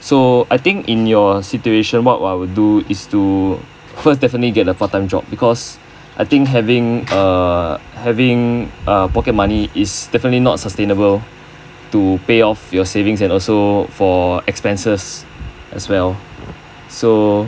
so I think in your situation what I will do is to first definitely get a part time job because I think having err having uh pocket money is definitely not sustainable to pay off your savings and also for expenses as well so